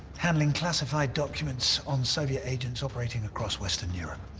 handling classified documents on soviet agents operating across western europe.